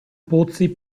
pozzi